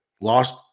lost